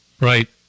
Right